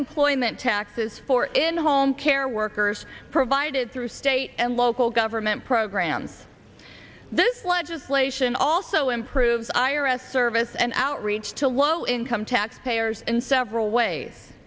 employment taxes for in home care workers provided through state and local government programs this legislation also improves iras service and outreach to low income taxpayers in several ways